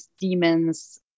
demons